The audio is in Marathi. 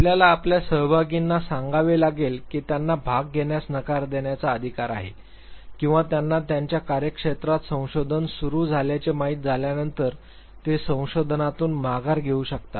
आपल्याला आपल्या सहभागींना सांगावे लागेल की त्यांना भाग घेण्यास नकार देण्याचा अधिकार आहे किंवा त्यांना त्यांच्या कार्यक्षेत्रात संशोधन सुरू झाल्याचे माहित झाल्यानंतर ते संशोधनातून माघार घेऊ शकतात